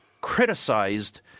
criticized